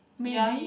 maybe